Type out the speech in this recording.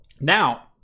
Now